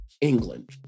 England